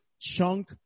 chunk